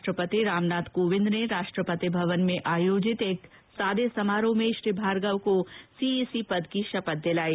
राष्ट्रपति रामनाथ कोविंद ने राष्ट्रपति भवन में आयाजित एक सादे समारोह में श्री भार्गव का सीआईसी पद की शपथ दिलायी